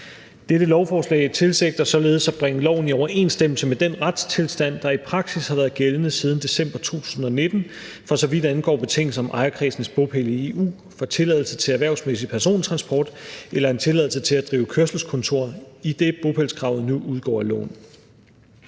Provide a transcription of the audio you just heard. Dette lovforslag tilsigter således at bringe loven i overensstemmelse med den retstilstand, der i praksis har været gældende siden december 2019, for så vidt angår betingelser om ejerkredsens bopæl i EU for tilladelse til erhvervsmæssig persontransport eller tilladelse til at drive kørselskontor, idet bopælskravet nu udgår af loven.